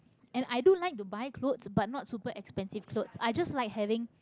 and i do like to buy clothes but not super expensive clothes i just like having